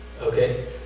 Okay